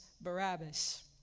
Barabbas